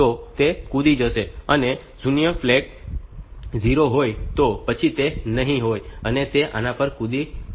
અને શૂન્ય ફ્લેગ 0 હોય તો પછી તે નહીં હોય અને તે આના પર કૂદકો મારશે